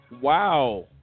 Wow